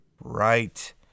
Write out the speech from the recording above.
Right